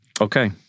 okay